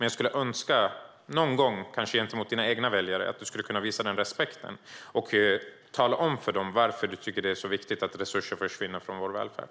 Jag skulle önska att du kanske någon gång gentemot dina egna väljare skulle kunna visa den respekten att tala om för dem varför du tycker att det är så viktigt att resurser försvinner från vår välfärd.